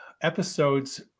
episodes